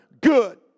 good